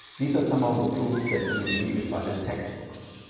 these are some of the proofs that you will usually find in textbooks.